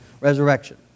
Resurrection